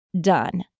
done